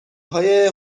های